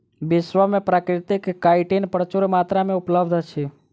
विश्व में प्राकृतिक काइटिन प्रचुर मात्रा में उपलब्ध अछि